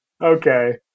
okay